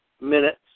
minutes